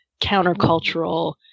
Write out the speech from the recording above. countercultural